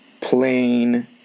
plain